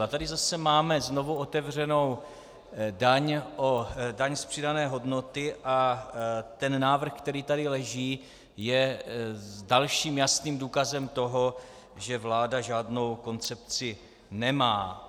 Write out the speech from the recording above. A tady zase máme znovu otevřenou daň z přidané hodnoty a ten návrh, který tady leží, je dalším jasným důkazem toho, že vláda žádnou koncepci nemá.